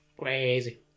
Crazy